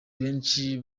benshi